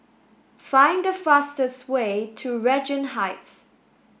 find the fastest way to Regent Heights